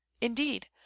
Indeed